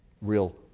real